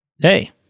Hey